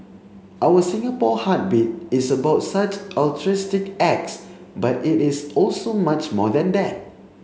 our Singapore Heartbeat is about such altruistic acts but it is also much more than that